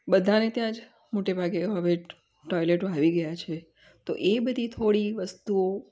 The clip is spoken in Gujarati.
બધાને ત્યાં જ મોટેભાગે હવે ટોયલેટો આવી ગયાં છે તો એ બધી થોડી વસ્તુઓ